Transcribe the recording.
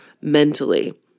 mentally